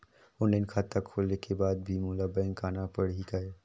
Online खाता खोले के बाद भी मोला बैंक आना पड़ही काय?